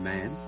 Man